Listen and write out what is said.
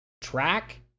track